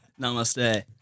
Namaste